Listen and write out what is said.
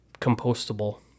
compostable